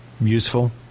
useful